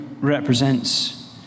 represents